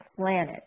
planet